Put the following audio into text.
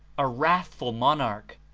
a wrathful monarch?